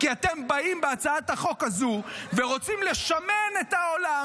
כי אתם באים בהצעת החוק הזאת ורוצים לשמן את העולם